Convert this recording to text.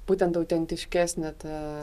būtent autentiškesnė ta